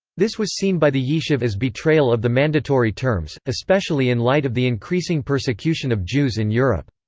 this was seen by the yishuv as betrayal of the mandatory terms, especially in light of the increasing persecution of jews in europe.